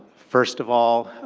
first of all,